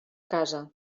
casa